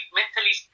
mentally